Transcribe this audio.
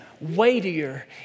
weightier